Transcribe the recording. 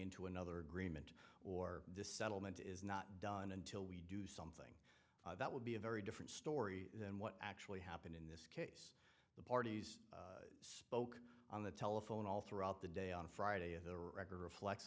into another agreement or this settlement is not done until we do so that would be a very different story than what actually happened in this case the parties spoke on the telephone all throughout the day on friday of the record reflects